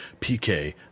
PK